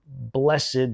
blessed